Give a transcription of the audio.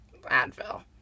Advil